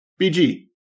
BG